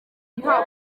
riderman